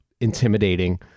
intimidating